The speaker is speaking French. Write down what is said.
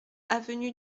avenue